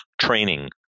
training